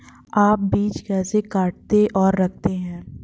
आप बीज कैसे काटते और रखते हैं?